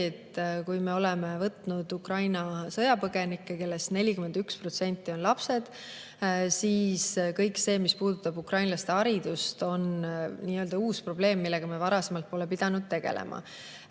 kui me oleme vastu võtnud Ukraina sõjapõgenikke, kellest 41% on lapsed, siis kõik see, mis puudutab ukrainlaste haridust, on uus probleem, millega me varasemalt pole pidanud tegelema.